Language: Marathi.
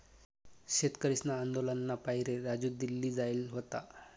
शेतकरीसना आंदोलनना पाहिरे राजू दिल्ली जायेल व्हता